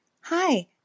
Hi